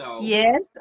Yes